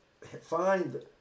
find